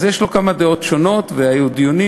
אז יש לו כמה דעות שונות והיו דיונים,